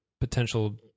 potential